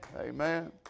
Amen